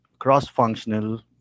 cross-functional